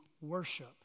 worship